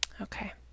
Okay